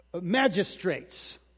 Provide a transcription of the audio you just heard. magistrates